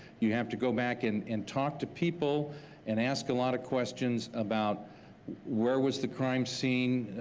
you have to go back and and talk to people and ask a lot of questions about where was the crime scene?